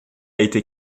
été